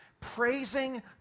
praising